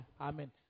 Amen